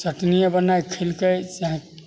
चटनिये बनाके खेलकै चाहे